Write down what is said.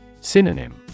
Synonym